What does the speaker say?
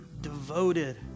devoted